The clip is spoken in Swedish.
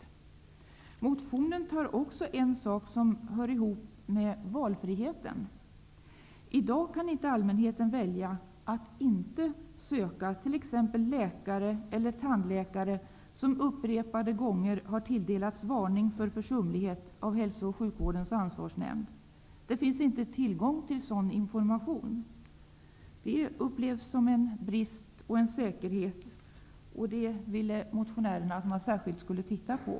I motionen tas även en fråga som hör ihop med valfriheten upp. I dag kan allmänheten inte välja att inte söka t.ex. läkare eller tandläkare som upprepade gånger har tilldelats varning för försumlighet av hälso och sjukvårdens ansvarsnämnd. Det finns inte tillgång till sådan information. Det upplevs som en brist. Motionärerna vill att detta särskilt skall ses över.